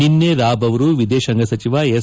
ನಿನ್ನೆ ರಾಬ್ ಅವರು ವಿದೇಶಾಂಗ ಸಚಿವ ಎಸ್